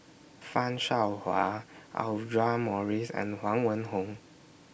fan Shao Hua Audra Morrice and Huang Wenhong